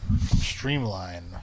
Streamline